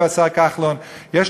הוא